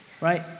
Right